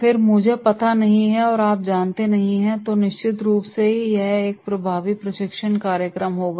फिर मुझे पता नहीं है और आप जानते हैं तो निश्चित रूप से यह एक प्रभावी प्रशिक्षण कार्यक्रम होगा